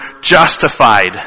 justified